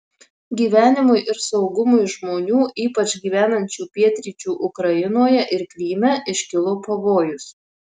gyvenimui ir saugumui žmonių ypač gyvenančių pietryčių ukrainoje ir kryme iškilo pavojus